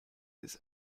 this